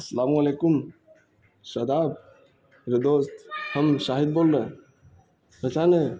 السلام علیکم شاداب میرے دوست ہم شاہد بول رہے ہیں پہچانے